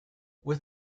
with